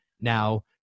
now